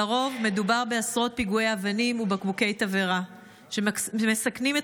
לרוב מדובר בעשרות פיגועי אבנים ובקבוקי תבערה שמסכנים את